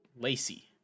Lacey